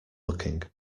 looking